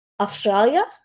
Australia